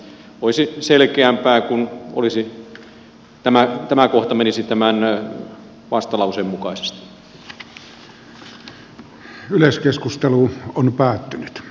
olisi selkeämpää kun tämä kohta menisi tämän vastalauseen mukaisesti